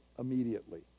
immediately